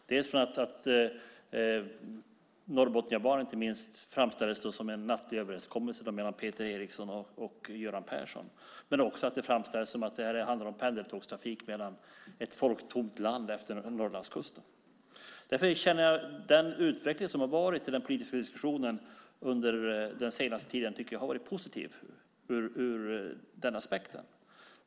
Inte minst Norrbotniabanan framställdes som en nattlig överenskommelse mellan Peter Eriksson och Göran Persson. Men detta framställdes också som att det handlade om pendeltågstrafik i ett folktomt land längs Norrlandskusten. Jag tycker att utvecklingen i den politiska diskussionen under den senaste tiden har varit positiv ur den aspekten.